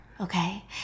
okay